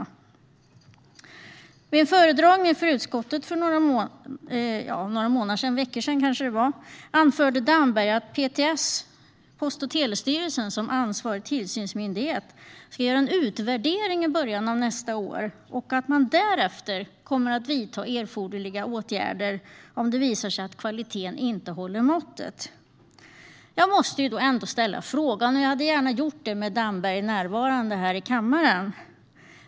Vid en föredragning för utskottet för några veckor sedan anförde Damberg att PTS, Post och telestyrelsen, som ansvarig tillsynsmyndighet ska göra en utvärdering i början av nästa år och att man därefter kommer att vidta erforderliga åtgärder om det visar sig att kvaliteten inte håller måttet. Jag måste ändå ställa en fråga, och jag hade gärna gjort det med Damberg närvarande här i kammaren.